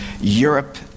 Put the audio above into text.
Europe